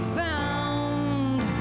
found